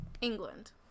England